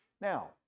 Now